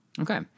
Okay